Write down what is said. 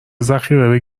ذخیره